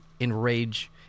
enrage